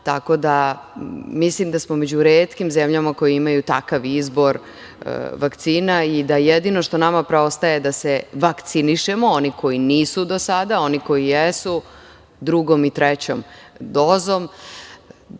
Mislim da smo među retkim zemljama koje imaju takav izbor vakcina i da jedino što nama preostaje da se vakcinišemo, oni koji nisu do sada, oni koji jesu drugom i trećom dozom. Na